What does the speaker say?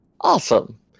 Awesome